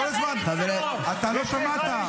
אתה כל הזמן, אתה לא שמעת.